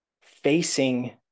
facing